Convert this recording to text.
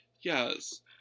Yes